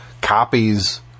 copies